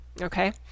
Okay